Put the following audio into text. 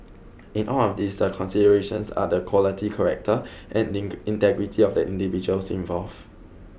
in all of these the considerations are the quality character and in integrity of the individuals involved